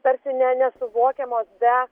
tarsi ne nesuvokiamos be